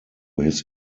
his